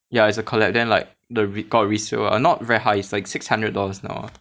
ya as a collab then like the record resale ah not very high it's like six hundred dollars now